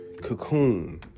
cocoon